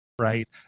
right